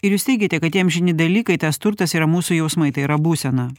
ir jūs teigiate kad tie amžini dalykai tas turtas yra mūsų jausmai tai yra būsena